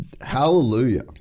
hallelujah